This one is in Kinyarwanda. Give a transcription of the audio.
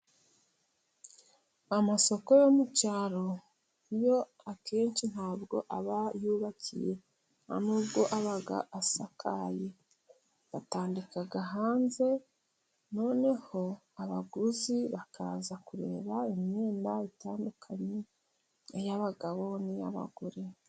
Amasoko yo mu cyaro yo akenshi ntabwo aba yubakiye nubwo aba asakaye . Batandika hanze noneho abaguzi bakaza kureba imyenda itandukanye, iy'abagabo n'iy'abagore.